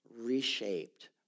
reshaped